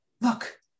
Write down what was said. Look